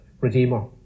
redeemer